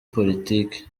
politiki